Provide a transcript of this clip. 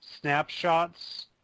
snapshots